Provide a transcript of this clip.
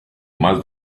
más